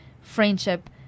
friendship